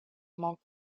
manque